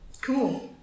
cool